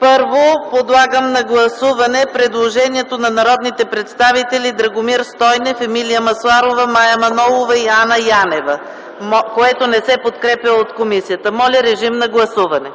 Първо подлагам на гласуване предложението на народните представители Драгомир Стойнев, Емилия Масларова, Мая Манолова и Анна Янева, което не се подкрепя от комисията. Гласували